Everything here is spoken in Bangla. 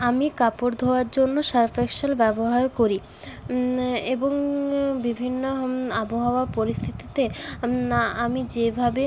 আমি কাপড় ধোয়ার জন্য সার্ফ এক্সেল ব্যবহার করি এবং বিভিন্ন আবহাওয়া পরিস্থিতিতে আ আমি যেভাবে